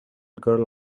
girl